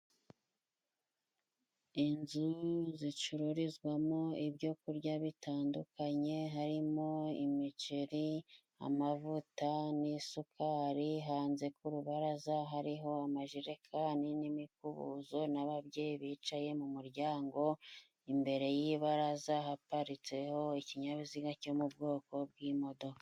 Inzu zicururizwamo ibyo kurya bitandukanye harimo imiceri, amavuta n'isukari. Hanze ku rubaraza hariho amajerereka n'imikubuzo n'ababyeyi bicaye mu muryango, imbere y'ibaraza zahaparitseho ikinyabiziga cyo mu bwoko bw'imodoka.